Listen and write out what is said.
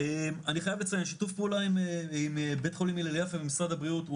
אני חייב לציין שיתוף פעולה עם בית חולים הלל יפה ומשרד הבריאות,